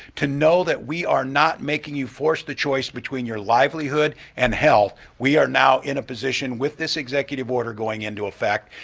know that we are not making you force the choice between your livelihood and hell, we are now in a position with this executive order going into effect,